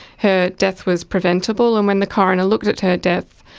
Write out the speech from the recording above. her death was preventable, and when the coroner looked at her death,